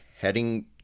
heading